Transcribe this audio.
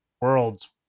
worlds